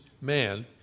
man